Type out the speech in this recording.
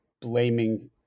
blaming